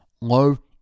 low